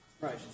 Right